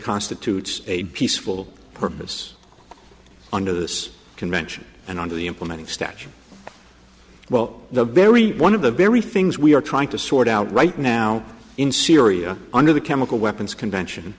constitutes a peaceful purpose under this convention and under the implementing statue well the very one of the very things we are trying to sort out right now in syria under the chemical weapons convention